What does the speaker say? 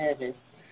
nervous